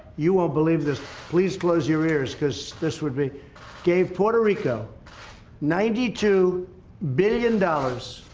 you won't believe this please close your ears because this would be gave puerto rico ninety two billion dollars